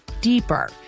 deeper